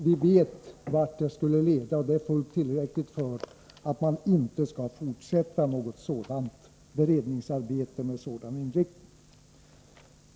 Vi vet vart det skulle leda, och det är fullt tillräckligt för att inte fortsätta något beredningsarbete med sådan inriktning.